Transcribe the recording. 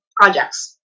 projects